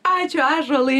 ačiū ąžuolai